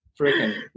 freaking